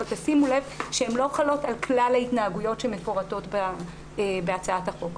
אבל תשימו לב שהן לא חלות על כלל ההתנהגויות שמפורטות בהצעת החוק.